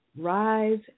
Rise